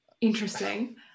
interesting